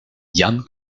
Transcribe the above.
ian